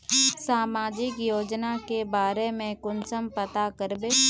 सामाजिक योजना के बारे में कुंसम पता करबे?